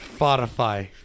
spotify